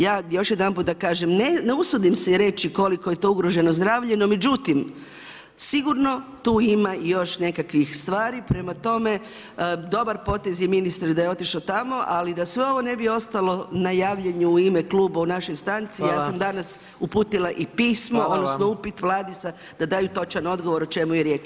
Ja još jedanput da kažem da ne usudim se reći koliko je to ugroženo zdravlje, no međutim sigurno tu ima još nekakvih tvari, prema tome dobar potez je ministar da je otišao tamo ali da sve ovo ne bi ostalo na javljanju u ime kluba u našoj stanci, ja sam danas uputila i pismo, odnosno upit Vladi da daju točan odgovor o čemu je riječ.